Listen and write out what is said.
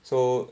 so